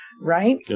Right